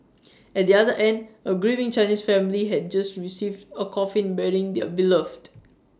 at the other end A grieving Chinese family had just received A coffin bearing their beloved